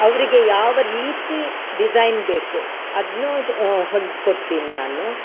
ಅವರಿಗೆ ಯಾವ ರೀತಿ ಡಿಸೈನ್ ಬೇಕು ಅದನ್ನೂ ಹೊಲ್ದು ಕೊಡ್ತೀನಿ ನಾನು